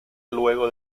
luego